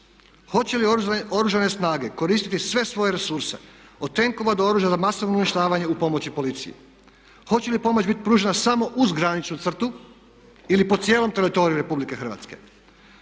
Hoće li Oružane snage koristiti sve svoje resurse od tenkova do oružja za masovno uništavanje u pomoći policiji? Hoće li pomoć biti pružena samo uz graničnu crtu ili po cijelom teritoriju Republike Hrvatske?